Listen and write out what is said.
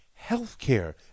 healthcare